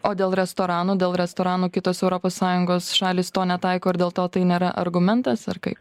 o dėl restoranų dėl restoranų kitos europos sąjungos šalys to netaiko ir dėl to tai nėra argumentas ar kai